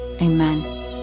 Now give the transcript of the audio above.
Amen